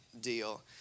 deal